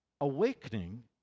Awakening